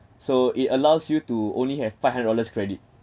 so it allows you to only have five hundred dollars credit